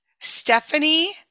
Stephanie